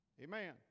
Amen